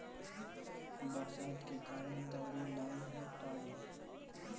बरसात के कारण दँवरी नाइ हो पाई